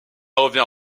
revient